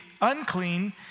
unclean